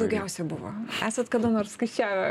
daugiausiai buvo esat kada nors skaičiavę